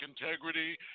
integrity